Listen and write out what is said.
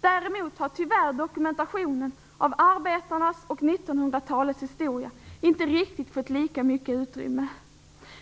Däremot har tyvärr dokumentationen av arbetarnas och 1900-talets historia inte fått riktigt lika mycket utrymme.